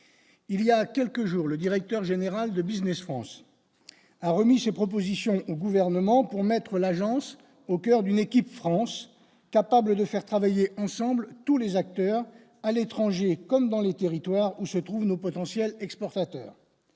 il y a quelques jours, le directeur général de Business France a remis ses propositions au gouvernement pour mettre l'agence au coeur d'une équipe France capable de faire travailler ensemble tous les acteurs à l'étranger comme dans les territoires où se trouvent nos potentiel exportateur